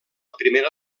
primera